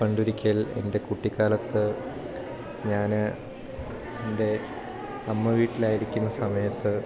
പണ്ടൊരിക്കൽ എൻ്റെ കുട്ടിക്കാലത്ത് ഞാന് എൻ്റെ അമ്മ വീട്ടിലായിരിക്കുന്ന സമയത്ത്